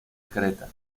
creta